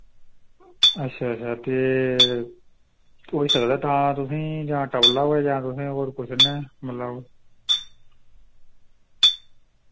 अच्छा अच्छा ते होई सकदा तां तुसें जां तपला कोई जां तुसें और कुसे नै मतलब